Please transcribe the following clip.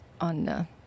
on